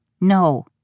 No